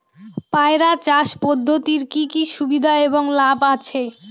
পয়রা চাষ পদ্ধতির কি কি সুবিধা এবং লাভ আছে?